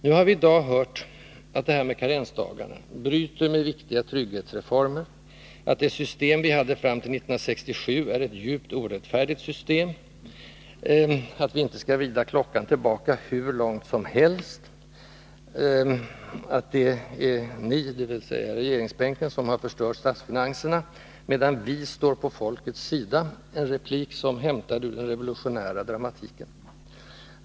Nu har vi i dag hört att införandet av karensdagar bryter mot viktiga trygghetsreformer, att det system som vi hade fram till 1967 är ett djupt orättfärdigt system, att vi inte skall vrida klockan tillbaka hur långt som helst, att det är ”ni i regeringsbänken som har förstört statsfinanserna, medan vi står på folkets sida” — en replik som hämtad ur den revolutionära dramatiken.